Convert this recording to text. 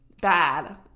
bad